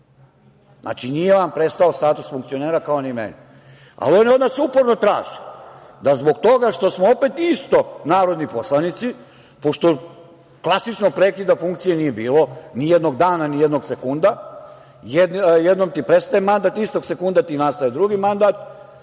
znači, nije vam prestao status funkcionera kao ni meni, ali oni od nas uporno traže da zbog toga što smo opet isto narodni poslanici, pošto klasičnog prekida funkcije nije bilo, nijednog dana, nijednog sekunda, jednom ti prestaje mandat, istog sekunda ti nastaje drugi mandat,